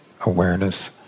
awareness